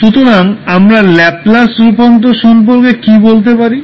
সুতরাং আমরা ল্যাপলাস রূপান্তর সম্পর্কে কী বলতে পারি